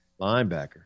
Linebacker